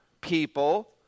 people